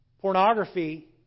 pornography